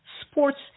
sports